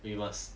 we must